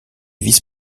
vice